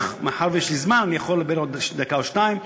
מאחר שיש לי זמן ואני יכול לדבר עוד דקה או שתיים,